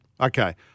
Okay